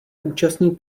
účastní